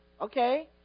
okay